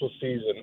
season